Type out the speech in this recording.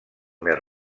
més